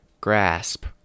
grasp